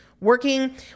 working